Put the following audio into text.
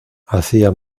hacía